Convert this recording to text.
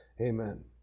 Amen